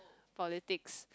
politics